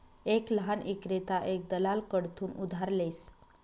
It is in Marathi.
एक लहान ईक्रेता एक दलाल कडथून उधार लेस